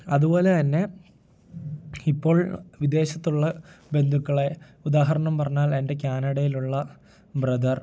അതുപോലെ തന്നെ ഇപ്പോൾ വിദേശത്തുള്ള ബന്ധുക്കളെ ഉദാഹരണം പറഞ്ഞാൽ എൻ്റെ കാനഡേലുള്ള ബ്രദർ